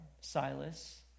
Silas